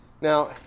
Now